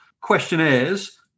questionnaires